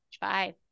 Bye